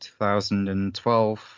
2012